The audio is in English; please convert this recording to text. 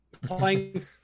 playing